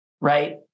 Right